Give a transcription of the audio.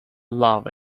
love